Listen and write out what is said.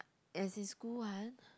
as in school one